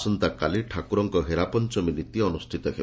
ଆସନ୍ତାକାଲି ଠାକୁରଙ୍କ ହେରାପଞ୍ଚମୀ ନୀତି ଅନୁଷ୍ଠିତ ହେବ